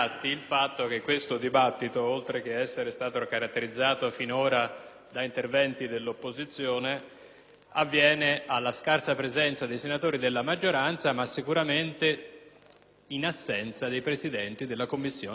avviene alla scarsa presenza dei senatori della maggioranza e sicuramente in assenza dei presidenti delle Commissioni affari esteri e difesa. Stiamo discutendo probabilmente dell'unica chiara politica